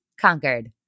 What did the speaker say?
conquered